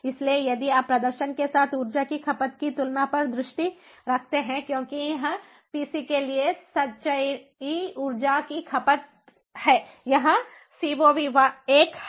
इसलिए यदि आप प्रदर्शन के साथ ऊर्जा की खपत की तुलना पर दृष्टि रखते हैंक्योंकि यह पीसी के लिए संचयी ऊर्जा की खपत है यहाँ CoV I है